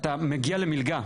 אתה כבר כן מגיע למלגה,